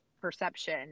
perception